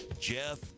Jeff